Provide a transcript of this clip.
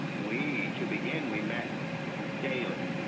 way to begin, we met daily.